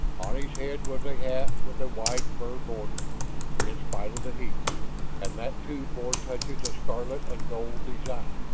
on his head was a hat with a wide fur border in spite of the heat and that too bore touches of scarlet and gold design.